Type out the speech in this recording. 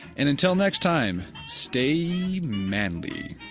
and until next time, stay manly